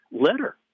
letter